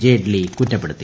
ജെയ്റ്റ്ലി കുറ്റപ്പെടുത്തി